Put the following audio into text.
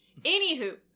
Anywho